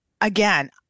Again